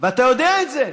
ואתה יודע את זה.